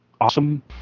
awesome